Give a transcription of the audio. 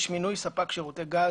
יש מינוי ספק שירותי גז,